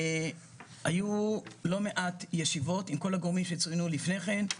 היו לא מעט ישיבות עם כל הגורמים שצוינו קודם לכן,